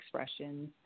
expressions